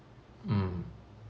mm